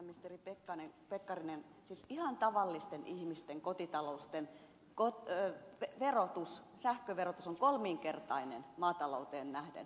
arvoisa ministeri pekkarinen siis ihan tavallisten ihmisten kotitalouksien sähköverotus on kolminkertainen maatalouteen nähden